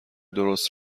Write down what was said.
درست